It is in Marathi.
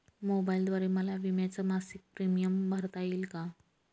मोबाईलद्वारे मला विम्याचा मासिक प्रीमियम भरता येईल का?